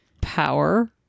Power